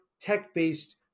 tech-based